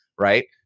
right